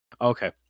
Okay